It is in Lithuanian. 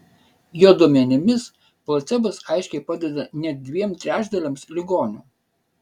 jo duomenimis placebas aiškiai padeda net dviem trečdaliams ligonių